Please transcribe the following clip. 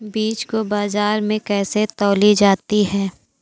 बीज को बाजार में कैसे तौली जाती है?